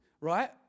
right